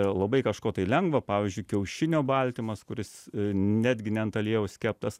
labai kažko tai lengva pavyzdžiui kiaušinio baltymas kuris netgi ne ant aliejaus keptas